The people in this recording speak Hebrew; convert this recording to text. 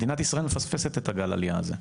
מדינת ישראל מפספסת את הגל עלייה הזה,